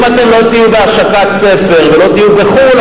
אם אתם לא תהיו בהשקת ספר ולא תהיו בחו"ל,